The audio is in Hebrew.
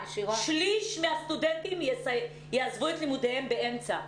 ששליש מהסטודנטים יעזבו את לימודיהם באמצע.